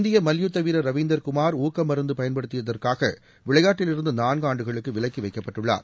இந்திய மல்யுத்த வீரர் ரவீந்தர் குமார் ஊக்கமருந்து பயன்படுத்தியதற்காக விளையாட்டிலிருந்து நான்கு ஆண்டுகளுக்கு விலக்கி வைக்கப்பட்டுள்ளார்